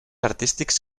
artístics